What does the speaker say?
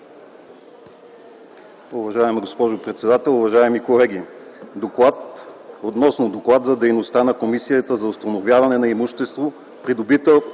Уважаема госпожо председател, уважаеми колеги! „ДОКЛАД относно Доклад за дейността на Комисията за установяване на имущество, придобито